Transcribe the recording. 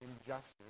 injustice